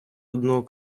одного